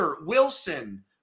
Wilson